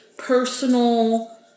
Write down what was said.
personal